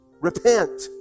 Repent